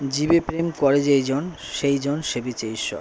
জীবে প্রেম করে যেই জন সেই জন সেবিছে ঈশ্বর